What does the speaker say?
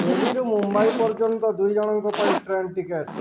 ଡେଲିରୁ ମୁମ୍ବାଇ ପର୍ଯ୍ୟନ୍ତ ଦୁଇ ଜଣଙ୍କ ପାଇଁ ଟ୍ରେନ୍ ଟିକେଟ୍